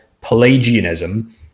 Pelagianism